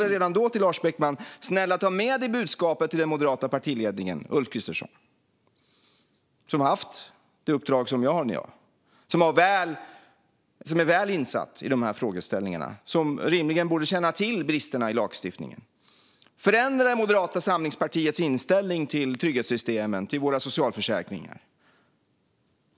Jag sa redan då till Lars Beckman: Snälla, ta med dig det här budskapet till den moderata partiledningen och Ulf Kristersson! Han har haft det uppdrag som jag har nu, är väl insatt i de här frågeställningarna och borde rimligen känna till bristerna i lagstiftningen. Förändra Moderata samlingspartiets inställning till trygghetssystemen och till våra socialförsäkringar!